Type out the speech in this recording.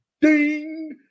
ding